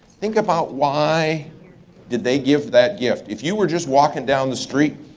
think about why did they give that gift? if you were just walking down the street,